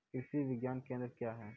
कृषि विज्ञान केंद्र क्या हैं?